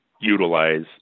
utilize